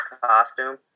costume